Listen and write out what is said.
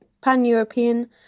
pan-European